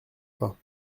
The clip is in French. pas